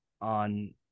on